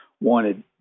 wanted